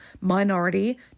minority